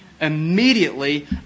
Immediately